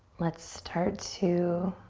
let's start to